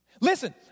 Listen